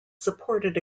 supported